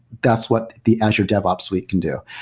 that's what the azure devops suite can do.